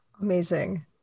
Amazing